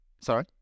sorry